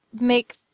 make